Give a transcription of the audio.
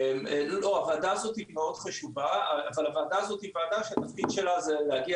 הוועדה הזאת מאוד חשובה אבל זו ועדה שהתפקיד שלה זה להגיע